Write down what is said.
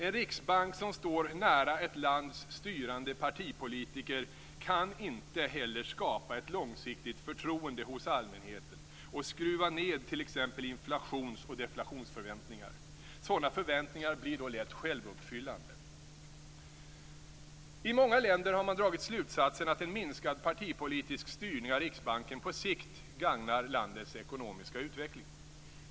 En riksbank som står nära ett lands styrande partipolitiker kan inte heller skapa ett långsiktigt förtroende hos allmänheten och skruva ned t.ex. inflations och deflationsförväntningar. Sådana förväntningar blir då lätt självuppfyllande. I många länder har man dragit slutsatsen att en minskad partipolitisk styrning av centralbanken på sikt gagnar landets ekonomiska utveckling.